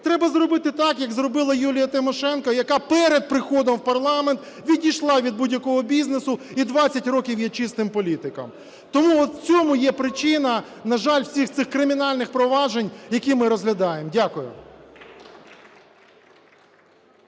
Треба зробити так, як зробила Юлія Тимошенко, яка перед приходом в парламент відійшла від будь-якого бізнесу і 20 років є чистим політиком. Тому в цьому є причина, на жаль, всіх цих кримінальних проваджень, які ми розглядаємо. Дякую.